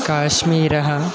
काश्मीरः